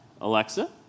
Alexa